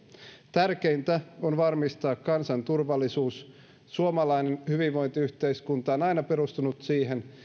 tärkeintä on varmistaa kansanturvallisuus suomalainen hyvinvointiyhteiskunta on aina perustunut siihen